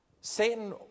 Satan